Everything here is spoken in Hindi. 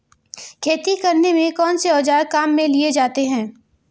खेती करने में कौनसे औज़ार काम में लिए जाते हैं?